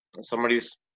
somebody's